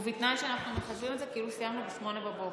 ובתנאי שאנחנו מחשבים את זה כאילו סיימנו ב-08:00,